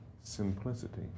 simplicity